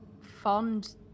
Fond